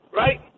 right